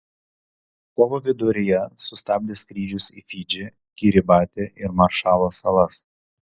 kovo viduryje sustabdė skrydžius į fidžį kiribatį ir maršalo salas